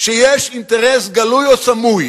שיש אינטרס גלוי או סמוי